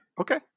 Okay